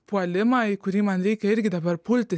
puolimą į kurį man reikia irgi dabar pulti